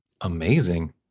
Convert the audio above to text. Amazing